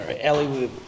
Ellie